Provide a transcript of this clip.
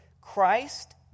Christ